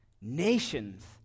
nations